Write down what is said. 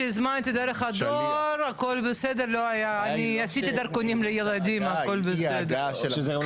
שאנשים שנקבעו להם תורים והגיעו ללשכות מצאו את הלשכות